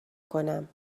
کنم